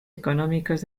económicos